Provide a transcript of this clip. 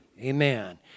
Amen